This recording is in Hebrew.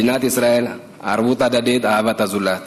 מדינת ישראל, ערבות הדדית, אהבת הזולת.